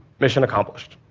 mission accomplished.